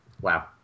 wow